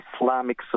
Islamic